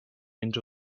into